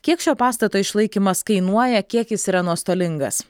kiek šio pastato išlaikymas kainuoja kiek jis yra nuostolingas